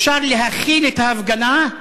אפשר להכיל את ההפגנה,